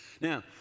Now